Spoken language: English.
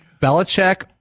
Belichick